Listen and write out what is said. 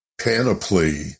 panoply